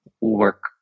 work